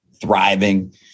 thriving